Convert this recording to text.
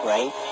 Right